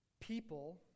People